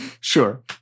Sure